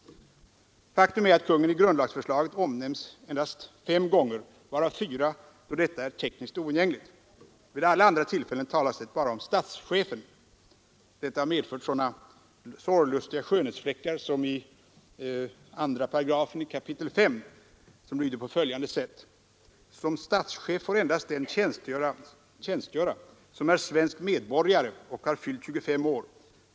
Faktum är att kungen i grundlagsförslaget endast omnämns fem gånger, varav fyra då det är tekniskt oundgängligt. Vid alla andra tillfällen talas det bara om ”statschefen”. Detta har medfört sådana sorglustiga skönhetsfläckar som i § 2 i kap. 5. Den lyder på följande sätt: ”Som statschef får endast den tjänstgöra som är svensk medborgare och har fyllt tjugofem år.